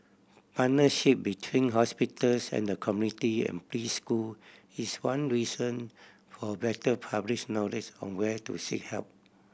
partnership between hospitals and the community and preschool is one reason for better public knowledge on where to seek help